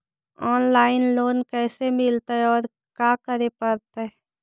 Online loan कैसे मिलतै औ का करे पड़तै?